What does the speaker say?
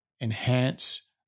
enhance